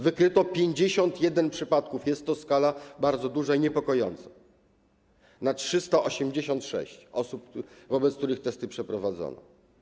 Wykryto 51 przypadków - jest to skala bardzo duża i niepokojąca - na 386 osób, wobec których testy przeprowadzono.